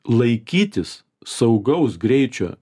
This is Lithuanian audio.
laikytis saugaus greičio